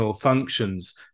functions